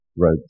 wrote